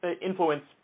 influence